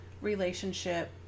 relationship